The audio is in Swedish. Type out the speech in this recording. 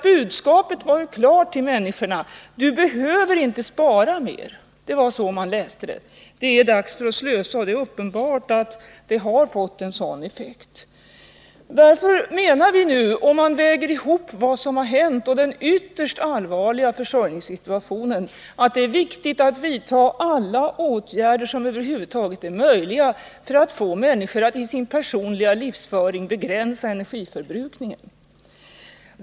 Budskapet till människorna var ju klart: ”Du behöver inte spara mer.” Det var så man läste det. ”Det är dags att slösa.” Det är uppenbart att det har fått en sådan effekt. Därför menar vi att om man lägger ihop vad som hänt och ser till den ytterst allvarliga försörjningssituationen är det viktigt att vidta alla åtgärder som över huvud taget är möjliga för att få människor att i sin personliga livsföring begränsa energiförbrukningen.